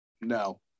no